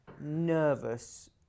nervous